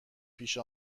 پیش